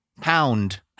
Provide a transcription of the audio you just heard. pound